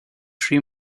tree